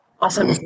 awesome